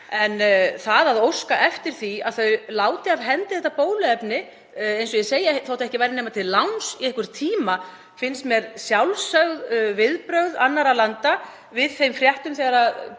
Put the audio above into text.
En það að óska eftir því að þau láti af hendi þetta bóluefni, eins og ég segi, þótt ekki væri nema til láns í einhvern tíma, finnast mér sjálfsögð viðbrögð annarra landa við þeim fréttum sem